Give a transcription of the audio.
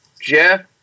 Jeff